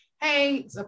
hey